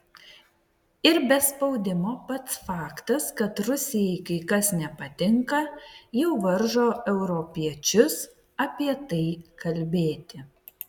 ir be spaudimo pats faktas kad rusijai kai kas nepatinka jau varžo europiečius apie tai kalbėti